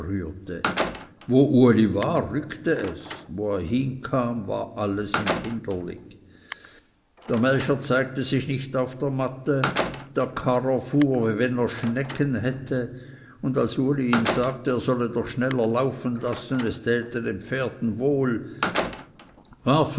wo uli war ruckte es wo er hinkam war alles im hinderlig der melcher zeigte sich nicht auf der matte der karrer fuhr wie wenn er schnecken hätte und als uli ihm sagte er solle doch schneller laufen lassen es täte es den pferden wohl